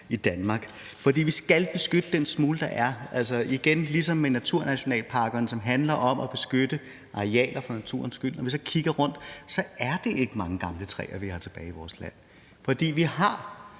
i Danmark, for vi skal beskytte den smule, der er, ligesom med naturnationalparkerne, som handler om at beskytte arealer for naturens skyld. Når vi så kigger rundt, er det ikke mange gamle træer, vi har tilbage i vores land, for vi har